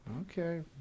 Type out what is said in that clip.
Okay